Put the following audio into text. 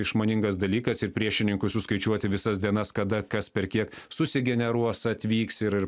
išmaningas dalykas ir priešininkui suskaičiuoti visas dienas kada kas per kiek susigeneruos atvyks ir